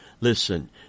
Listen